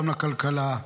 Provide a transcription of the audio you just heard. גם לכלכלה,